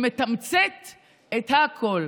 שמתמצת את הכול: